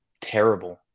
terrible